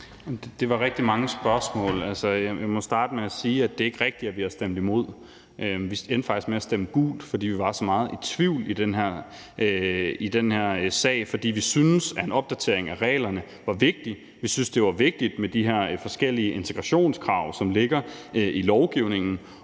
Det var rigtig mange spørgsmål. Jeg må starte med at sige, at det ikke er rigtigt, at vi stemte imod. Vi endte faktisk med at stemme gult, fordi vi var så meget i tvivl i den her sag, fordi vi syntes, at en opdatering af reglerne var vigtigt. Vi syntes, det var vigtigt med de her forskellige integrationskrav, som ligger i lovgivningen,